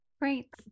Great